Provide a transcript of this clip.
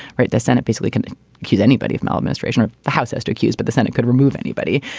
right. the senate basically can accuse anybody of maladministration or the house, esther accused, but the senate could remove anybody.